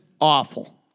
awful